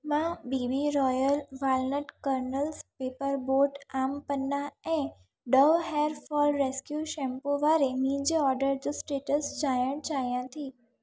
मां BB royal walnut kernels paper boat aam panna ऐं Dove hair fall rescue shampoo वारे मुंहिंजे ऑडर जो स्टेटस ॼाणणु चाहियां थी